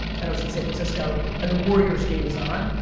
and i was in san francisco. and the warriors game was on.